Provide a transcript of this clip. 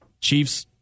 chiefs